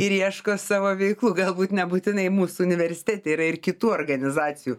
ir ieško savo veiklų galbūt nebūtinai mūsų universitete yra ir kitų organizacijų